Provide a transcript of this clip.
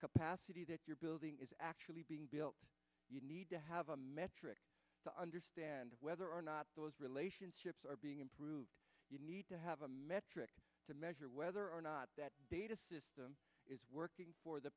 capacity that you're building is actually being built you need to have a metric to understand whether or not those relationships are being improved you need to have a metric to measure whether or not that is working for the